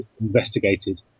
investigated